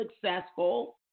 successful